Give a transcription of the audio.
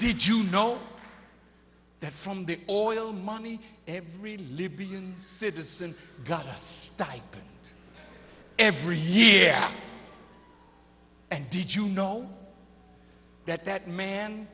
did you know that from the oil money every libyan citizen got a stipend every year and did you know that that man